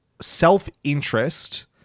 self-interest